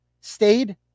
stayed